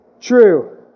true